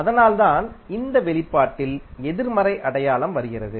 அதனால்தான் இந்த வெளிப்பாட்டில் எதிர்மறை அடையாளம் வருகிறது